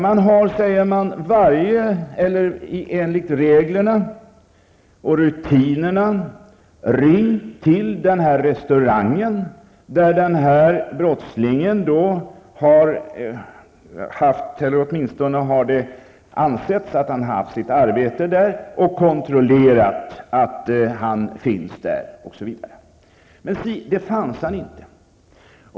Man har, säger man, enligt reglerna och rutinerna ringt till den restaurang där brottslingen har arbetat -- eller åtminstone har det ansetts att han har sitt arbete där -- och kontrollerat att han finns där, osv. Men si, där fanns han inte.